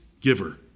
giver